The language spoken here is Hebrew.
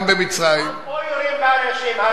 גם במצרים, גם פה יורים באנשים.